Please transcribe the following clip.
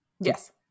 Yes